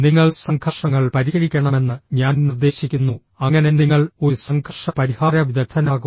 നിങ്ങൾ സംഘർഷങ്ങൾ പരിഹരിക്കണമെന്ന് ഞാൻ നിർദ്ദേശിക്കുന്നു അങ്ങനെ നിങ്ങൾ ഒരു സംഘർഷ പരിഹാര വിദഗ്ദ്ധനാകും